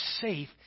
safe